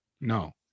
No